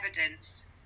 evidence